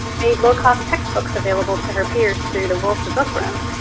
made low-cost textbooks available to her peers through the wlsa book room,